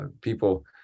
people